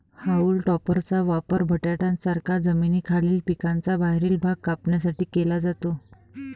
haulm टॉपरचा वापर बटाट्यांसारख्या जमिनीखालील पिकांचा बाहेरील भाग कापण्यासाठी केला जातो